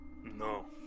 No